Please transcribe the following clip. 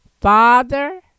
Father